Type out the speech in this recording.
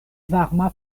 varma